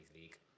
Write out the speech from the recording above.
league